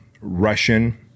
Russian